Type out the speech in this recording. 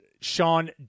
Sean